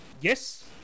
yes